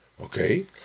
Okay